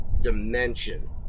dimension